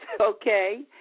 okay